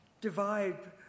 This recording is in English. divide